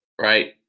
right